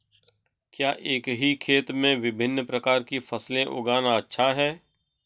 क्या एक ही खेत में विभिन्न प्रकार की फसलें उगाना अच्छा है?